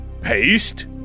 paste